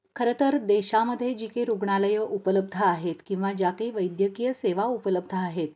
खरंतर देशामध्ये जी की रुग्णालयं उपलब्ध आहेत किंवा ज्या काही वैद्यकीय सेवा उपलब्ध आहेत